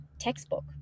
textbook